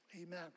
Amen